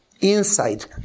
inside